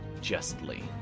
justly